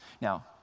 Now